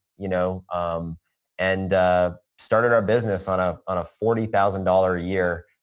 you know um and started our business on ah on a forty thousand dollars a year,